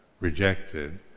rejected